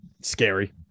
Scary